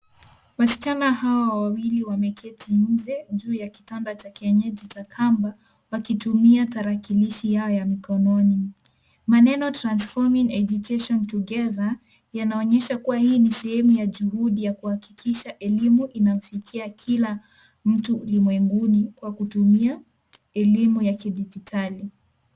Wasichana hawa wawili wameketi nje juu ya kitanda cha kienyeji cha kamba wakitumia tarakilishi yao ya mkononi. Maneno transforming education together yanaonyesha kuwa hii ni sehemu ya juhudi ya kuhakikisha elimu inamfikia kila mtu dunia mzima kwa kutumia elimu ya kidijitali.